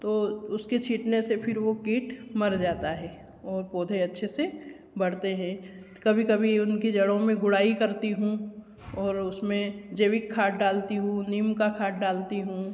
तो उसको छिटने से फिर वो कीट मर जाता है और पौधे अच्छे से बढ़ते हैं कभी कभी उनकी जड़ों में गुड़ाई करती हूँ और उसमें जैविक खाद डालती हूँ नीम का खाद डालती हूँ